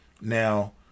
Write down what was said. Now